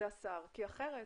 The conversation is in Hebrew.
זה השר כי אחרת,